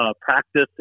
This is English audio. practice